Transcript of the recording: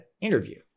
interview